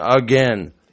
again